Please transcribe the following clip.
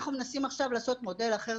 אנחנו מנסים עכשיו לעשות מודל אחר.